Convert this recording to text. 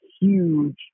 huge